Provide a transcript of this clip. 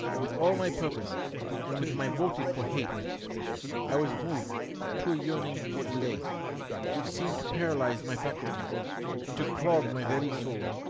with all my purpose and with my motive for hate i was moved to a yearning for delay which seemed to paralyse my faculties and to clog my very soul.